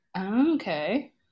Okay